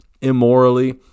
immorally